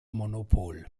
monopol